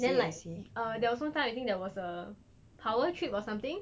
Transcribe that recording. then like err there was one time I think there was a power trip or something